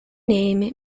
name